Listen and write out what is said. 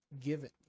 given